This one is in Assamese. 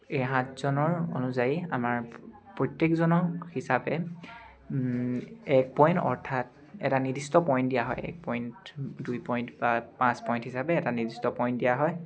এই সাতজনৰ অনুযায়ী আমাৰ প্ৰত্যেকজনক হিচাপে এক পইণ্ট অৰ্থাৎ এটা নিৰ্দিষ্ট পইণ্ট দিয়া হয় এক পইণ্ট দুই পইণ্ট বা পাঁচ পইণ্ট হিচাপে এটা নিৰ্দিষ্ট পইণ্ট দিয়া হয়